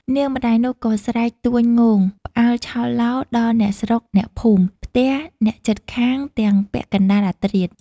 នាងម្ដាយនោះក៏ស្រែកទួញងោង ផ្អើលឆោឡោ ដល់អ្នកស្រុកអ្នកភូមិ ផ្ទះអ្នកជិតខាងទាំងពាក់កណ្ដាលអាធ្រាត ។